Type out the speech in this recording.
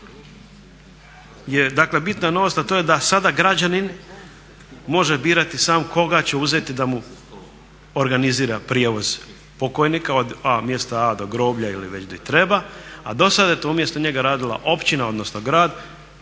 dakle bitna novost, a to je da sada građanin može birati sam koga će uzeti da mu organizira prijevoz pokojnika od mjesta A do groblja ili već di treba, a do sada je to umjesto njega radila općina, odnosno grad